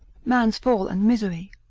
man's fall and misery.